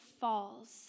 falls